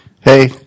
Hey